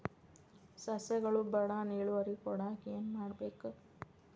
ಸಸ್ಯಗಳು ಬಡಾನ್ ಇಳುವರಿ ಕೊಡಾಕ್ ಏನು ಮಾಡ್ಬೇಕ್?